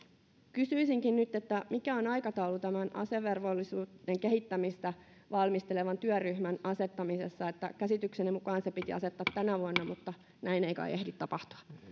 kysyisinkin nyt mikä on aikataulu tämän asevelvollisuuden kehittämistä valmistelevan työryhmän asettamisessa käsitykseni mukaan se piti asettaa tänä vuonna mutta näin ei kai ehdi tapahtua